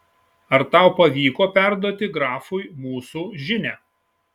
ar tau pavyko perduoti grafui mūsų žinią